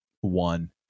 one